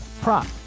prop